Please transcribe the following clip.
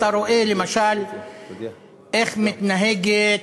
אתה רואה למשל איך מתנהגות